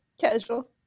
Casual